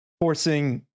forcing